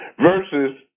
versus